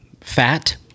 Fat